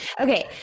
Okay